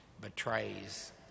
betrays